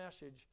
message